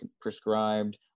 prescribed